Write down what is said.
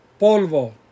polvo